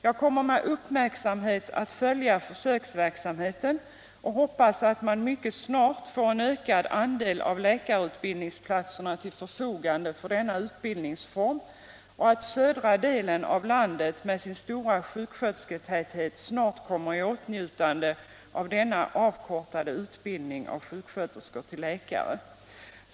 Jag kommer att med uppmärksamhet följa försöksverksamheten och hoppas att man mycket snart får en ökad andel av läkarutbildningsplatserna till förfogande för denna utbildningsform och att södra delen av landet med sin stora sjukskötersketäthet snart kommer i åtnjutande av denna avkortade utbildning av sjuksköterskor till läkare.